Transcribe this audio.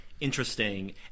interesting